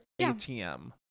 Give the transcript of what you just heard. ATM